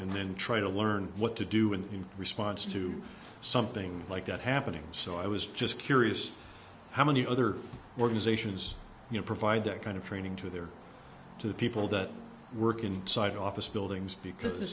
and then try to learn what to do in response to something like that happening so i was just curious how many other organizations you know provide that kind of training to their to the people that work inside office buildings because